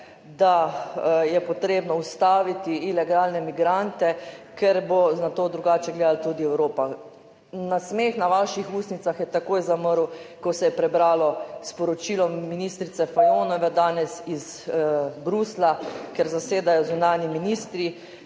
da je potrebno ustaviti ilegalne migrante, ker bo na to drugače gledala tudi Evropa. Nasmeh na vaših ustnicah je takoj zamrl, ko se je prebralo sporočilo ministrice Fajonove danes iz Bruslja, kjer zasedajo zunanji ministri,